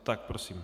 Tak prosím.